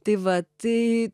tai va tai